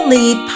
Lead